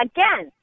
Again